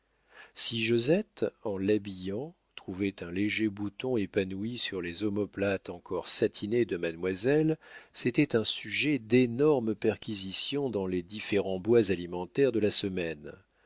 si josette en l'habillant trouvait un léger bouton épanoui sur les omoplates encore satinées de mademoiselle c'était un sujet d'énormes perquisitions dans les différents bols alimentaires de la semaine